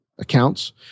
accounts